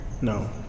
no